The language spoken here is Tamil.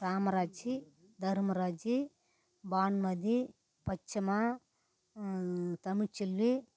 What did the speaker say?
காமராஜ் தர்மராஜ் பானுமதி பச்சைம்மா தமிழ்செல்வி